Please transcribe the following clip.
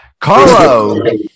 Carlo